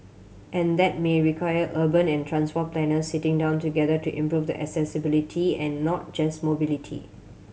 and that may require urban and transport planners sitting down together to improve the accessibility and not just mobility